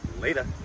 later